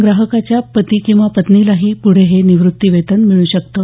ग्राहकाच्या पती किंवा पत्नीलाही पुढे हे निवृत्तीवेतन मिळू शकतं